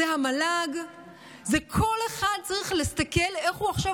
זה המל"ג; כל אחד צריך להסתכל איך הוא עכשיו